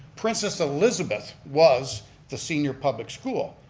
princess elizabeth was the senior public school.